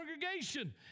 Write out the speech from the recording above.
congregation